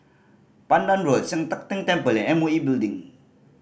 Pandan Road Sian Teck Tng Temple and M O E Building